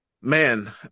man